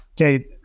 Okay